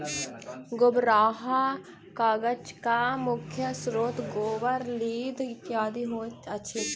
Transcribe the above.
गोबराहा कागजक मुख्य स्रोत गोबर, लीद इत्यादि होइत अछि